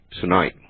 tonight